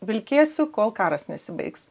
vilkėsiu kol karas nesibaigs